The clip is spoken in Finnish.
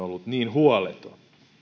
ollut niin huoleton